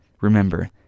Remember